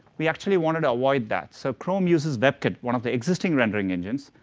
we actually wanted to avoid that. so chrome uses webkit, one of the existing rendering engines.